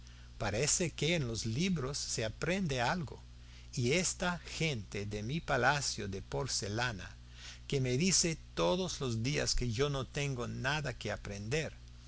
parece que en los libros se aprende algo y esta gente de mi palacio de porcelana que me dice todos los días que yo no tengo nada que aprender